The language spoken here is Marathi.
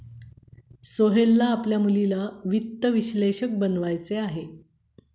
सोहेलला आपल्या मुलीला वित्त विश्लेषक बनवायचे आहे